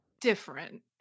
different